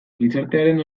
gizartearen